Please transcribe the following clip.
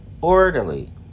Orderly